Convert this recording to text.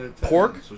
pork